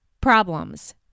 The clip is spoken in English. problems